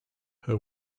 her